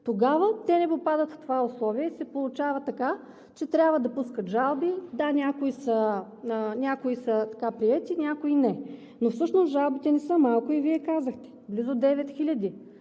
Тогава те не попадат в това условие и се получава така, че трябва да пускат жалби. Да, някои са приети, някои – не. Но всъщност жалбите не са малко и Вие казахте – близо 9000